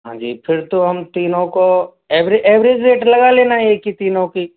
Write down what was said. हाँ जी फिर तो हम तीनों को एवरेज रेट लगा लेना एक ही तीनों की